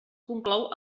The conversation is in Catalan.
conclou